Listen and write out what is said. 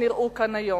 שנראו כאן היום,